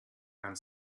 and